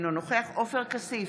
אינו נוכח עופר כסיף,